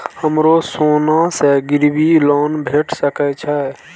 हमरो सोना से गिरबी लोन भेट सके छे?